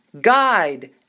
guide